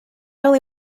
only